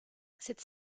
cette